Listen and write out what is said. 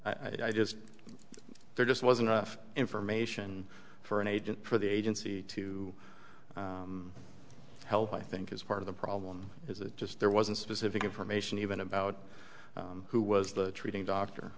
i just there just wasn't enough information for an agent for the agency to help i think is part of the problem is it just there wasn't specific information even about who was the treating doctor